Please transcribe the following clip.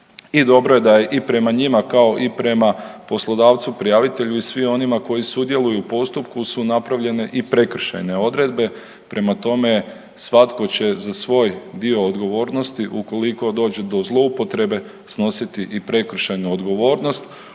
dobro je da i prema njima kao i prema poslodavcu prijavitelju i svim onima koji sudjeluju u postupku su napravljene i prekršajne odredbe. Prema tome, svatko će za svoj dio odgovornosti ukoliko dođe do zloupotrebe snositi i prekršajnu odgovornost.